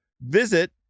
Visit